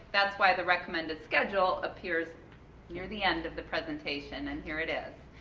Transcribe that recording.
that's why the recommended schedule appears near the end of the presentation and here it is.